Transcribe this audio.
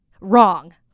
Wrong